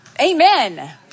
Amen